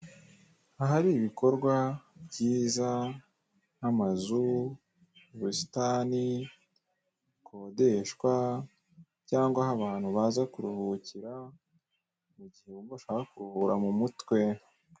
Ahari ibikorwa byiza nk'amazu, ubusitani bukodeshwa, cyangwa aho abantu baza kuruhukira mu gihe bumva bashaka kuruhura mu mutwe.